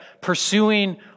pursuing